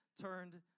turned